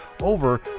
over